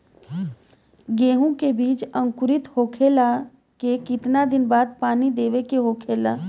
गेहूँ के बिज अंकुरित होखेला के कितना दिन बाद पानी देवे के होखेला?